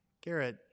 Garrett